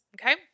okay